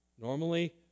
Normally